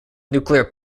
nuclear